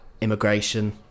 immigration